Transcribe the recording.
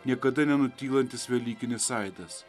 niekada nenutylantis velykinis aidas